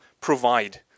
provide